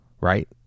Right